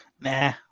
Nah